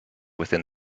within